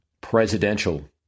presidential